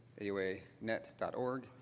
auanet.org